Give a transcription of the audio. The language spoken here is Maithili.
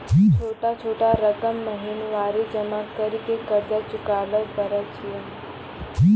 छोटा छोटा रकम महीनवारी जमा करि के कर्जा चुकाबै परए छियै?